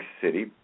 city